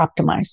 optimized